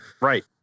Right